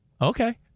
Okay